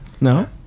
No